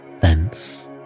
thence